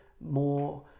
more